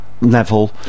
Neville